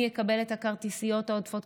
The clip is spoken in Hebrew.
מי יקבל את הכרטיסיות העודפות,